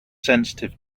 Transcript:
sensitive